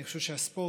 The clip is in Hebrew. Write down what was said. אני חושב שספורט,